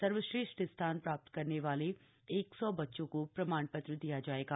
सर्वश्रेष्ठ स्थान प्राप्त करने वाले एक सौ बच्चों को प्रमाण पत्र दिया जाएगा